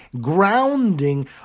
grounding